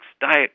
Diet